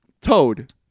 Toad